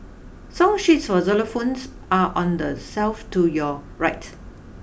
song sheets for xylophones are on the shelf to your right